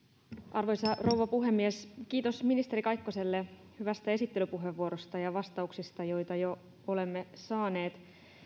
arvoisa rouva puhemies kiitos ministeri kaikkoselle hyvästä esittelypuheenvuorosta ja vastauksista joita jo olemme saaneet